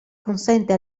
consente